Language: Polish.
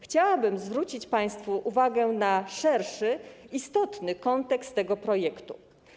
Chciałabym zwrócić państwu uwagę na szerszy, istotny kontekst tego projektu.